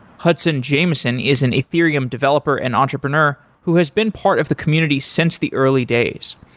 hudson jameson is an ethereum developer and entrepreneur who has been part of the community since the early days.